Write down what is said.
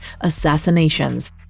Assassinations